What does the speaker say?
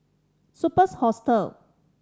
Superb's Hostel